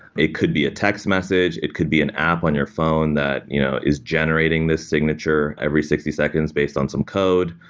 it could be text message. it could be an app on your phone that you know is generation this signature every sixty seconds based on some code,